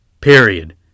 Period